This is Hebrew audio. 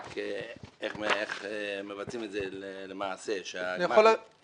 רק איך מבצעים את זה למעשה כדי שהגמ"חים